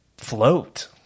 float